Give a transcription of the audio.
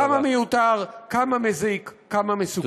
כמה מיותר, כמה מזיק, כמה מסוכן.